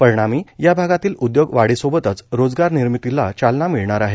परिणामी या भागातील उद्योग वाढीसोबतच रोजगार निर्मितीला चालना मिळणार आहे